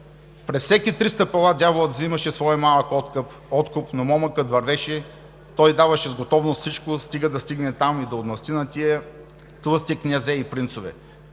През всеки три стъпала Дяволът взимаше своя малък откуп. Но момъкът вървеше, той даваше с готовност всичко, стига да стигне там и да отмъсти на тия тлъсти князе и принцове!